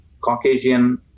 Caucasian